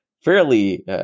fairly